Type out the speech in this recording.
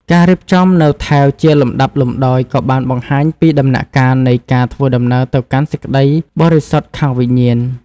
ការរៀបចំនូវថែវជាលំដាប់លំដោយក៏បានបង្ហាញពីដំណាក់កាលនៃការធ្វើដំណើរទៅកាន់សេចក្តីបរិសុទ្ធខាងវិញ្ញាណ។